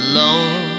Alone